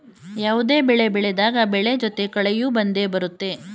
ಯಾವುದೇ ಬೆಳೆ ಬೆಳೆದಾಗ ಬೆಳೆ ಜೊತೆ ಕಳೆಯೂ ಬಂದೆ ಬರುತ್ತೆ